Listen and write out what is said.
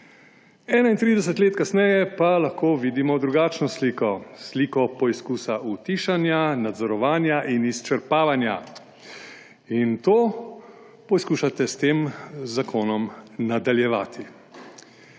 31 let kasneje pa lahko vidimo drugačno sliko, sliko poizkusa utišanja, nadzorovanja in izčrpavanja. In to poizkušate s tem zakonom nadaljevati.